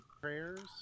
prayers